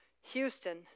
Houston